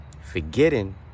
Forgetting